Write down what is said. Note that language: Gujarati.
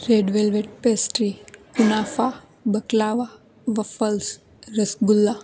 રેડ વેલ્વેટ પેસ્ટ્રી કુનાફા બક્લાવા બફલ્સ રસગુલા